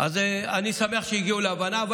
אני שמח שהגיעו להבנה.